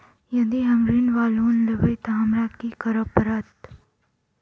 यदि हम ऋण वा लोन लेबै तऽ हमरा की करऽ पड़त?